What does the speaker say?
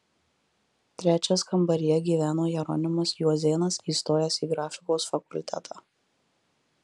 trečias kambaryje gyveno jeronimas juozėnas įstojęs į grafikos fakultetą